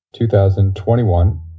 2021